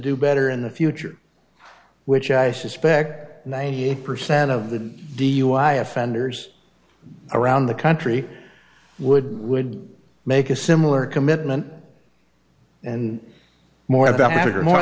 do better in the future which i suspect ninety eight percent of the dui offenders around the country would would make a similar commitment and more about that or more